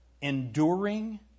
enduring